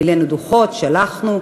מילאנו דוחות, שלחנו,